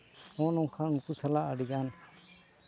ᱱᱚᱜᱼᱚ ᱱᱚᱝᱠᱟ ᱩᱱᱠᱩ ᱥᱟᱞᱟᱜ ᱟᱹᱰᱤ ᱜᱟᱱ